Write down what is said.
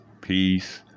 peace